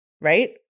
right